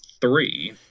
three